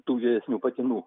tų vyresnių patinų